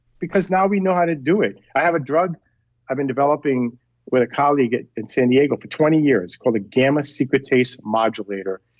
because now we know how to do it. i have a drug i've been developing with a colleague in san diego for twenty years, called a gamma secretase modulator.